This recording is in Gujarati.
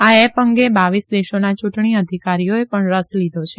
આ એપ અંગે બાવીસ દેશોના ચુંટણી અધિકારીઓએ પણ રસ લીધો છે